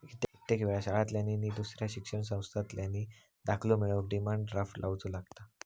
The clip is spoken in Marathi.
कित्येक वेळा शाळांतल्यानी नि दुसऱ्या शिक्षण संस्थांतल्यानी दाखलो मिळवूक डिमांड ड्राफ्ट लावुचो लागता